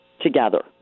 together